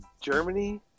Germany